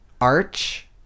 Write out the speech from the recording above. Arch